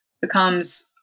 becomes